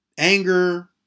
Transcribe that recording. Anger